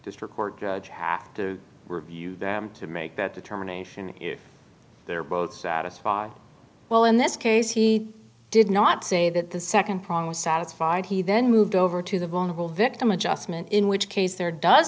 district court judge have to review them to make that determination if they're both satisfied well in this case he did not say that the nd prong was satisfied he then moved over to the vulnerable victim adjustment in which case there does